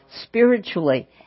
spiritually